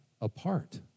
apart